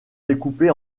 découpés